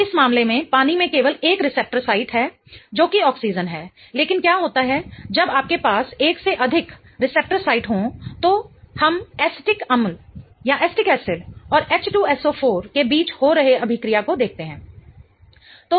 तो इस मामले में पानी में केवल एक रिसेप्टर साइट है जो की ऑक्सीजन है लेकिन क्या होता है जब आपके पास एक से अधिक रिसेप्टर साइट हो तो हम एसिटिक अम्ल और H2SO4 के बीच हो रहे अभिक्रिया को देखते हैं